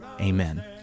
Amen